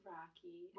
Rocky